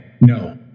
no